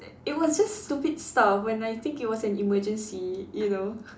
it was just stupid stuff when I think it was an emergency you know